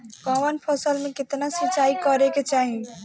कवन फसल में केतना सिंचाई करेके चाही?